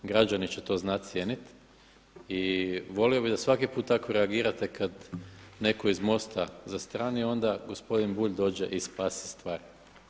Građani će to znat cijeniti i volio bih da svaki put tako reagirate kad netko iz MOST-a zastrani, onda gospodin Bulj dođe i spasi stvar.